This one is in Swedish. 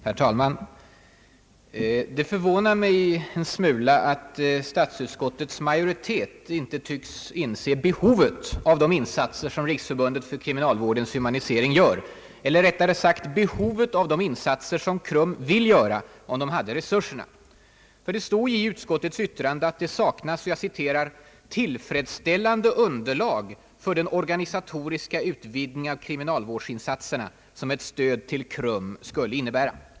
Herr talman! Det förvånar mig en smula att statsutskottets majoritet inte tycks inse behovet av de insatser som Riksförbundet för kriminalvårdens humanisering gör. Eller rättare sagt: behovet av de insatser som KRUM vill göra, om det hade resurserna. Det står ju i utskottets yttrande att det saknas »tillfredsställande underlag för den organisatoriska utvidgning av kriminalvårdsinsatserna som ett stöd till KRUM skulle innebära».